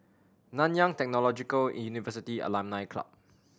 Nanyang Technological University Alumni Club